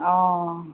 অঁ